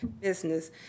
business